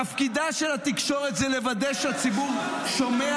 תפקידה של התקשורת הוא לוודא שהציבור שומע